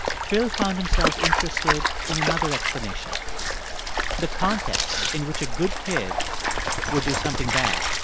phil found himself interested in another explanation the context in which a good kid would do something bad,